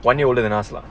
one year older than us lah